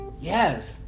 Yes